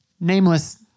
nameless